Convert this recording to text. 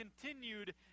continued